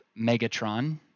Megatron